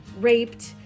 raped